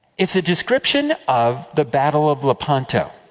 it is a description of the battle of lepanto.